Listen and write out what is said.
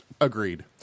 Agreed